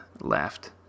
left